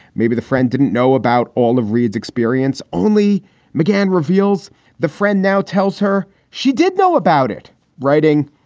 maybe the friend didn't know about all of reid's experience. only mcgahn mcgahn reveals the friend now tells her she did know about it writing.